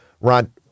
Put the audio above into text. Ron